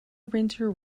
winter